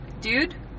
dude